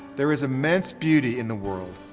there is immense beauty in the world,